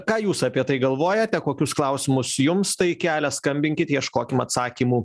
ką jūs apie tai galvojate kokius klausimus jums tai kelia skambinkit ieškokim atsakymų